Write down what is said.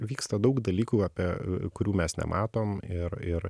vyksta daug dalykų apie kurių mes nematom ir ir